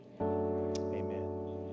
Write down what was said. Amen